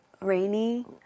rainy